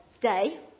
day